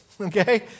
okay